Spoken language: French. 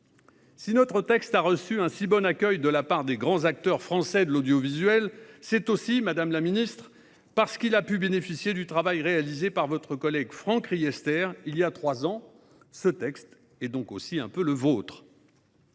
Si notre texte a reçu un si bon accueil de la part des grands acteurs français de l'audiovisuel, c'est aussi, madame la ministre, parce qu'il a pu bénéficier du travail réalisé par votre collègue Franck Riester voilà trois ans. Ce texte est donc aussi un peu le vôtre